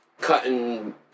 cutting